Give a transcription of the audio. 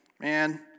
man